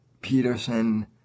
Peterson